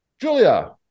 Julia